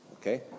Okay